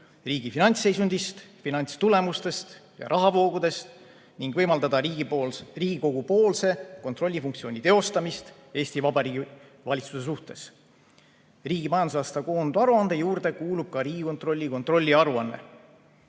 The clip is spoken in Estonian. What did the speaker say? riigi finantsseisundist, finantstulemustest ja rahavoogudest ning võimaldada Riigikogu-poolse kontrollifunktsiooni teostamist Eesti Vabariigi valitsuse suhtes. Riigi majandusaasta koondaruande juurde kuulub ka Riigikontrolli kontrolliaruanne.